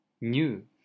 new